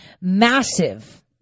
massive